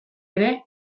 ere